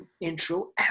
intro